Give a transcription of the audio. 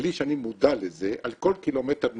בלי שאני מודע לזה, על כל קילומטר נסיעה,